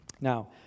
Now